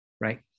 right